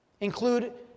include